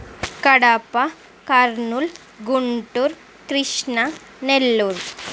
Kadapa Kurnool Guntur Krishna Nellore